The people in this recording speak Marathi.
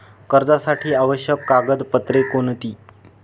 कर्जासाठी आवश्यक कागदपत्रे कोणती?